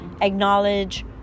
acknowledge